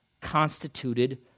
constituted